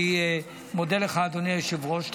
אני מודה לך, אדוני היושב-ראש.